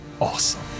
awesome